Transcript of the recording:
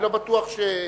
אני לא בטוח שהרב,